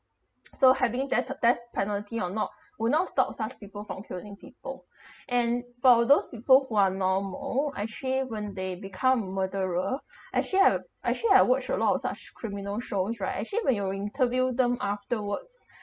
so having death the death penalty or not will not stop such people from killing people and for all those people who are normal actually when they become a murderer actually I actually I watch a lot of such criminal shows right actually when you interview them afterwards